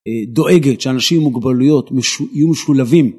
דואגת שאנשים עם מוגבלויות יהיו משולבים.